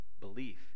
belief